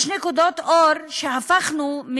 יש נקודות אור, הפכנו,